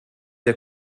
der